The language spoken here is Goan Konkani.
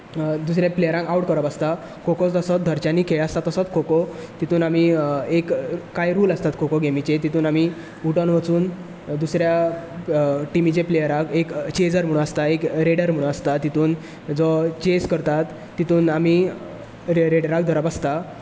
दुसरे प्लेयराक आवट करप आसता खो खो तसो धरच्यांनी खेळ आसता तसोच खो खो तितून आमी एक कांय रूल आसतात खो खो गेमीचे तितून आमी उठोन वचून दुसऱ्या टिमीच्या प्लयेराक एक चेजर म्हूण आसता एक रेडर म्हूण आसता तेतून जो चेज करता तितून आमी रेडाराक धरप आसता